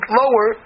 lower